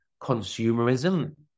consumerism